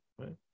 right